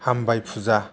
हामबाय फुजा